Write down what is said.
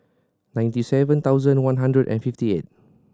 ninety seven thousand one hundred and fifty eight